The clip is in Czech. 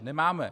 Nemáme.